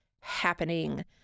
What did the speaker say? happening